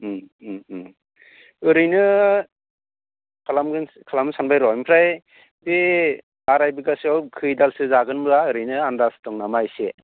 उम उम उम ओरैनो खालामगोन खालामनो सानबाय र' ओमफ्राय बे आराइ बिघासोआव खोइदालसो जागोनब्ला ओरैनो आन्दाज दं नामा एसे